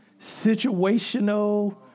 situational